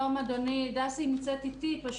לאדוני, דסי נמצאת איתי.